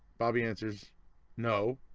bobby answers no